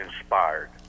inspired